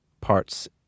parts